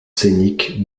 scéniques